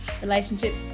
relationships